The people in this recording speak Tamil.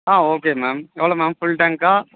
ஆ ஓகே மேம் எவ்வளோ மேம் ஃபுல் டேங்க்கா